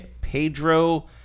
Pedro